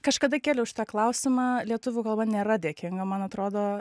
kažkada kėliau šitą klausimą lietuvių kalba nėra dėkinga man atrodo